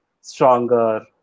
stronger